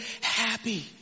happy